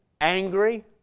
angry